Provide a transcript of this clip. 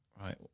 Right